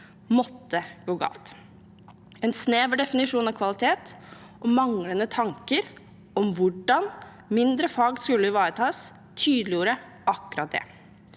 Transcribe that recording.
måtte gå galt. En snever definisjon av kvalitet og manglende tanker om hvordan mindre fag skulle ivaretas, tydeliggjorde akkurat det.